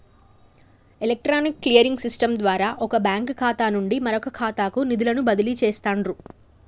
electronic clearing system ద్వారా వొక bank ఖాతా నుండి మరొకఖాతాకు నిధులను బదిలీ చేస్తండ్రు